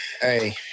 Hey